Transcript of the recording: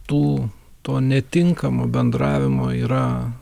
tų to netinkamo bendravimo yra